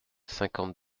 cinquante